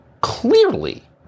clearly